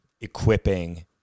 equipping